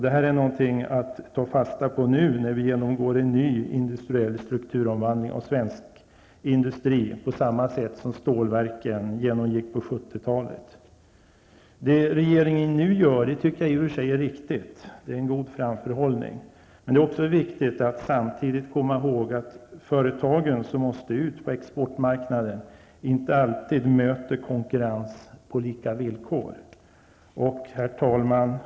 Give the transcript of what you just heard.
Det är något att ta fasta på nu när svensk industri genomgår en ny strukturomvandling på samma sätt som stålindustrin gjorde på 1970-talet. Det regeringen nu gör tycker jag är riktigt -- en god framförhållning -- men det är också viktigt att samtidigt komma ihåg att de företag som måste ut på exportmarknaden inte alltid möter konkurrens på lika villkor. Herr talman!